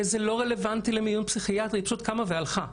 זה לא רלוונטי למיון פסיכיאטרי והיא פשוט קמה והלכה.